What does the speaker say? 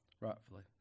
Rightfully